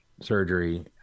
surgery